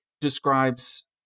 describes